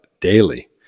daily